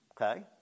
okay